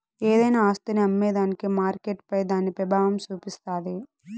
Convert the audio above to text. ఏదైనా ఆస్తిని అమ్మేదానికి మార్కెట్పై దాని పెబావం సూపిస్తాది